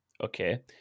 okay